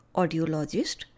Audiologist